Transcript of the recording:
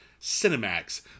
Cinemax